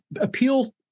appeal